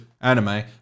anime